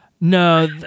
No